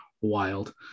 wild